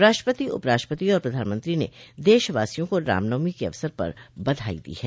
राष्ट्रपति उपराष्ट्रपति और प्रधानमंत्री ने देशवासियों को रामनवमी के अवसर पर बधाई दी है